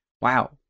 wow